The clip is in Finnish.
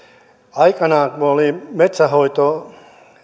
aikanaan kun oli metsänhoitoa